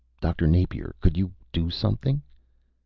dr. napier, could you do something.